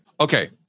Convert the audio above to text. Okay